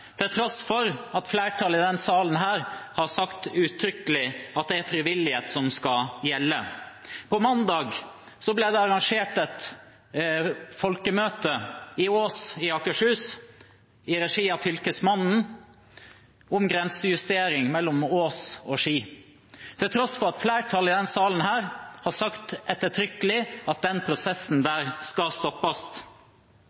til tross for at flertallet i denne salen har sagt uttrykkelig at det er frivillighet som skal gjelde. På mandag ble det arrangert et folkemøte i Ås i Akershus, i regi av Fylkesmannen, om grensejustering mellom Ås og Ski, til tross for at flertallet i denne salen har sagt ettertrykkelig at den prosessen